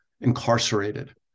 incarcerated